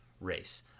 race